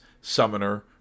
Summoner